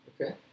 Okay